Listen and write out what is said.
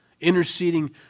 Interceding